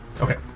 Okay